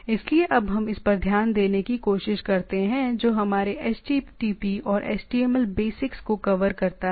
इसलिए अब हम इस पर ध्यान देने की कोशिश करते हैं जो हमारे http और html बेसिक्स को कवर करता है